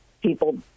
people